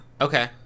Okay